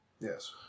Yes